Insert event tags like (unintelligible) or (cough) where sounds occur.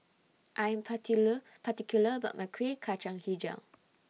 I Am (unintelligible) particular about My Kueh Kacang Hijau